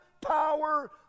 power